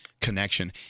connection